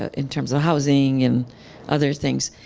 ah in terms of housing and other things.